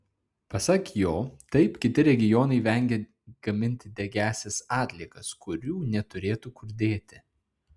pasak jo taip kiti regionai vengia gaminti degiąsias atliekas kurių neturėtų kur dėti